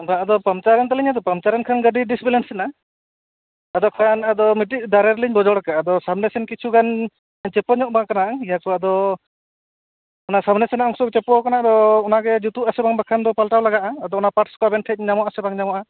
ᱵᱟ ᱟᱫᱚ ᱯᱟᱢᱪᱟᱨᱮᱱ ᱛᱟᱹᱞᱤᱧᱟ ᱛᱳ ᱯᱟᱢᱪᱟᱨᱮᱱ ᱠᱷᱟᱱ ᱜᱟᱹᱰᱤ ᱰᱤᱥᱵᱮᱞᱮᱥ ᱮᱱᱟ ᱟᱫᱚ ᱠᱷᱟᱱ ᱢᱤᱫᱴᱤᱡ ᱫᱟᱨᱮ ᱨᱮᱞᱤᱧ ᱵᱚᱡᱚᱲ ᱟᱠᱟᱜᱼᱟ ᱟᱫᱚ ᱥᱟᱢᱱᱮ ᱥᱮᱱ ᱠᱤᱪᱷᱩ ᱜᱟᱱ ᱪᱷᱮᱯᱚ ᱧᱚᱜ ᱵᱟᱲᱟ ᱠᱟᱱᱟ ᱡᱮᱦᱮᱛᱩ ᱟᱫᱚ ᱚᱱᱟ ᱥᱟᱢᱱᱮ ᱥᱮᱱᱟᱜ ᱚᱝᱥᱚ ᱪᱷᱮᱯᱚ ᱟᱠᱟᱱᱟ ᱟᱫᱚ ᱟᱫᱚ ᱚᱱᱟ ᱜᱮ ᱡᱩᱛᱩᱜ ᱟᱥᱮ ᱵᱟᱝ ᱵᱟᱠᱷᱟᱱ ᱫᱚ ᱯᱟᱞᱴᱟᱣ ᱞᱟᱜᱟᱜᱼᱟ ᱟᱫᱚ ᱚᱱᱟ ᱯᱟᱴᱥ ᱠᱚ ᱟᱵᱮᱱ ᱴᱷᱮᱱ ᱧᱟᱢᱚᱜ ᱟᱥᱮ ᱵᱟᱝ ᱧᱟᱢᱚᱜᱼᱟ